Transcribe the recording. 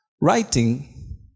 Writing